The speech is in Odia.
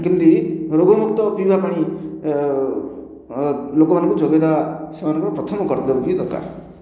କେମିତି ରୋଗ ମୁକ୍ତ ପିଇବା ପାଣି ଲୋକମାନଙ୍କୁ ଯୋଗାଇ ଦେବା ସେମାନଙ୍କର ପ୍ରଥମ କର୍ତ୍ତବ୍ୟ ହେବା ଦରକାର